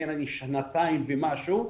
והנה אני שנתיים ומשהו,